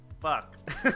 fuck